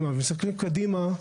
מסתכלים קדימה,